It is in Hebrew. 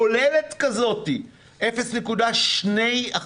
כוללת כזאת, 0.2%,